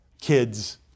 Kids